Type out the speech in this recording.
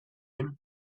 him